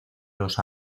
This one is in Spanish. los